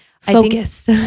Focus